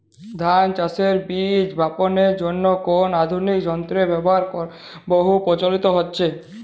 ধান চাষের বীজ বাপনের জন্য কোন আধুনিক যন্ত্রের ব্যাবহার বহু প্রচলিত হয়েছে?